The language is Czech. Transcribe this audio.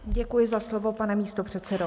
Děkuji za slovo, pane místopředsedo.